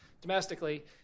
domestically